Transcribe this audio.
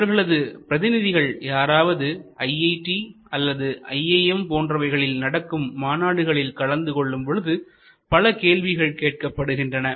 இவர்களது பிரதிநிதிகள் யாராவது ஐஐடி அல்லது ஐஐஎம் போன்றவைகளில் நடக்கும் மாநாடுகளில் கலந்து கொள்ளும் பொழுது பல கேள்விகள் கேட்கப்படுகின்றன